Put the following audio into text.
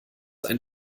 ein